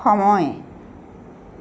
সময়